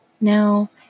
Now